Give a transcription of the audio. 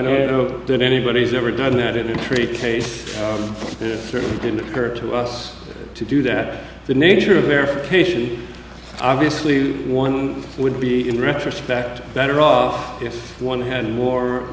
know that anybody's ever done that in a treaty pace certainly didn't occur to us to do that the nature of their patience obviously one would be in retrospect better off if one had more